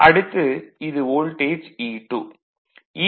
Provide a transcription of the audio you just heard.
அடுத்து இது voltage E2